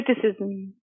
criticism